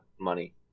money